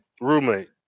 Roommate